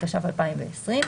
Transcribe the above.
התש"ף-2020.